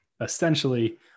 essentially